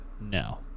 No